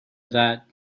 that